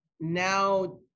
now